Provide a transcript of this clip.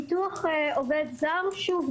ביטוח עובד זר שוב,